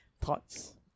thoughts